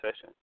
session